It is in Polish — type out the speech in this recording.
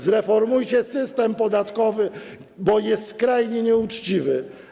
Zreformujcie system podatkowy, bo jest skrajnie nieuczciwy.